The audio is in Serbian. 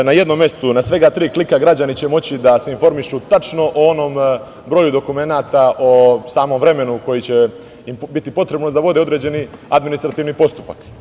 Na jednom mestu, na svega tri klika, građani će moći da se informišu tačno o onom broju dokumenata, o samom vremenu koji će biti potrebno da vode određeni administrativni postupak.